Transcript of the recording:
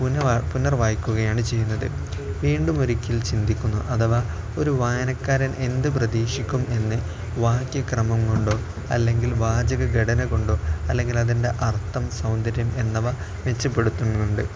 പുനർവായിക്കുകയാണ് ചെയ്യുന്നത് വീണ്ടുമൊരിക്കൽ ചിന്തിക്കുന്നു അഥവാ ഒരു വായനക്കാരൻ എന്ത് പ്രതീക്ഷിക്കുമെന്ന് വാക്യക്രമം കൊണ്ടോ അല്ലെങ്കിൽ വാചകഘടന കൊണ്ടോ അല്ലെങ്കിൽ അതിൻ്റെ അർത്ഥം സൗന്ദര്യം എന്നിവ മെച്ചപ്പെടുത്തുന്നുണ്ട്